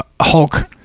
Hulk